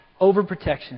Overprotection